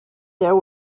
there